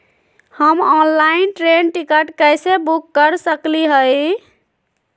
हम online train ticket कैसे book कर सकली हई?